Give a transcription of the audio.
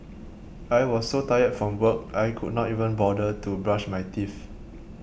I was so tired from work I could not even bother to brush my teeth